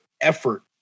effort